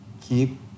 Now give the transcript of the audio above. keep